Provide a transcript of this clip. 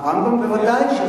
הרמב"ם בוודאי.